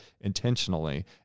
intentionally